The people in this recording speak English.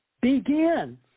begin